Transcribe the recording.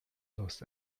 los